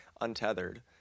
untethered